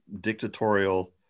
dictatorial